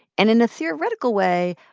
and in a theoretical way,